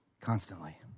constantly